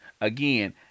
Again